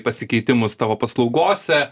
pasikeitimus tavo paslaugose